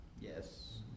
Yes